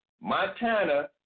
Montana